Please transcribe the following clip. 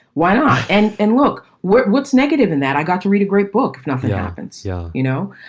why not? and and look what's negative in that. i got to read a great book. if nothing happens, yeah you know.